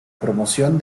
promoción